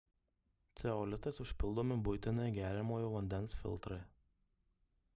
ceolitais užpildomi buitiniai geriamojo vandens filtrai